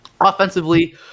Offensively